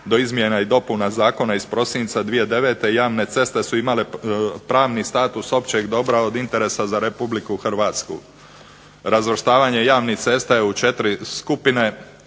do izmjena i dopuna zakona iz prosinca 2009. javne ceste su imale pravni status javnog dobra od općeg interesa za Republiku Hrvatsku. Razvrstavanje javnih cesta je u 4 skupine